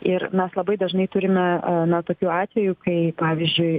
ir mes labai dažnai turime na tokių atvejų kai pavyzdžiui